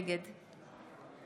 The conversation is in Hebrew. נגד